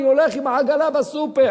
אני הולך עם עגלה בסופר,